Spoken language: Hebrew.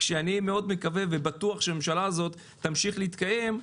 כשאני מאוד מקווה ובטוח שהממשלה הזאת תמשיך להתקיים,